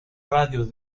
radio